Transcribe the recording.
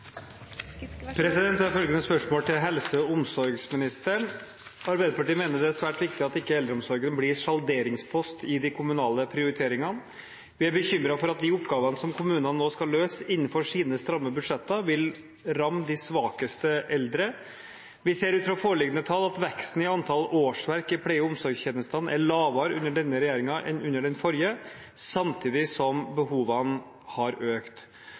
svært viktig at ikke eldreomsorgen blir salderingspost i de kommunale prioriteringene. Vi er bekymret for at de oppgavene som kommunene nå skal løse innenfor sine stramme budsjetter, vil ramme de svakeste eldre. Vi ser ut fra foreliggende tall at veksten i antall årsverk i pleie- og omsorgstjenestene er lavere under denne regjeringen enn under den forrige, samtidig som behovene har økt.